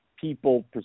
people